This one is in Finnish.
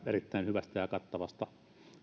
erittäin hyvästä ja kattavasta